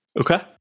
Okay